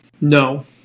No